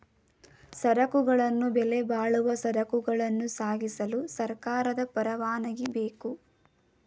ಸರಕುಗಳನ್ನು ಬೆಲೆಬಾಳುವ ಸರಕುಗಳನ್ನ ಸಾಗಿಸಲು ಸರ್ಕಾರದ ಪರವಾನಗಿ ಬೇಕು